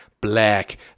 Black